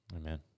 Amen